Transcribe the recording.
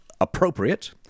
Appropriate